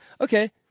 okay